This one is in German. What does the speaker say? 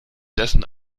dessen